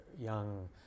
young